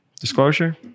Disclosure